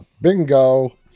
bingo